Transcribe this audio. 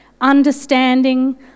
understanding